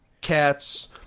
cats